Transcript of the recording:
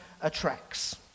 attracts